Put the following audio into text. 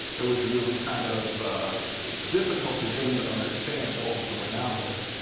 it was really kind of difficult to get them to understand what was going on with it.